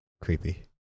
creepy